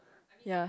ya